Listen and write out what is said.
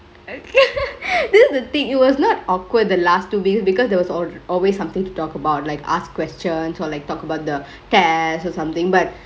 that's the thingk it was not awkward the last two weeks because there was al~ always somethingk to talk about like ask question or like talk about the test or somethingk but